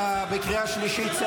אתה בקריאה שלישית,